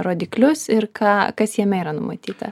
rodiklius ir ką kas jame yra numatyta